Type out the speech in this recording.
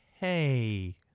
Hey